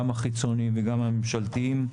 גם החיצוניים וגם הממשלתיים,